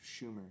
Schumer